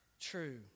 true